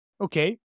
Okay